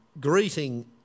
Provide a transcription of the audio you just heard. greeting